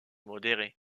modérée